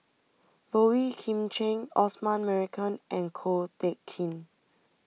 Boey Kim Cheng Osman Merican and Ko Teck Kin